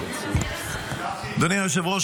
אדוני היושב-ראש,